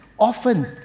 Often